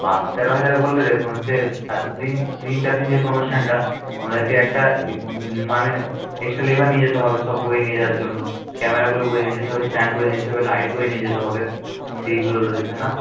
বারো তেরো হাজার বললে দেখুন হচ্ছে এত দিন তিন চার দিন যেহেতু অনুষ্ঠানটা আপনাদেরকে একটা ইয়ে মানে এক্সট্রা লেবার নিয়ে যেতে হবে সব বয়ে নিয়ে যাওয়ার জন্য ক্যামেরাগুলো বয়ে নিয়ে যেতে হবে স্ট্যান্ড বয়ে নিয়ে যেতে হবে লাইট বয়ে নিয়ে যেতে হবে সেইগুলো না